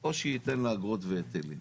או שייתן לה אגרות והיטלים.